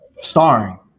starring